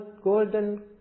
golden